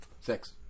Six